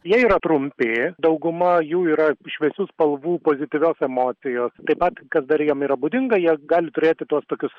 jie yra trumpi dauguma jų yra šviesių spalvų pozityvios emocijos taip pat kas dar jiem yra būdinga jie gali turėti tuos tokius